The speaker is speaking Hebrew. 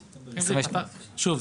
שוב,